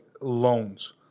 loans